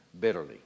bitterly